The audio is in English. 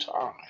time